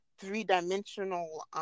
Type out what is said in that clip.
three-dimensional